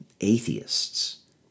atheists